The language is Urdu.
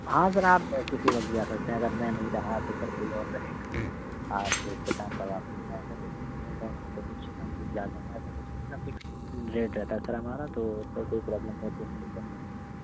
ہاں سر آپ کسی وقت بھی آ سکتے ہیں اگر میں نہیں رہا تو سر کوئی اور رہے گا آپ اس سے کام کروا سکتے ہیں ایسا کچھ نہیں ہے میں رہوں تو کچھ کم کچھ زیادہ ہوگا ایسا کچھ نہیں سب فکس ریٹ رہتا ہے سر ہمارا تو اس طرح کی کوئی پروبلم ہوتی نہیں ہے سر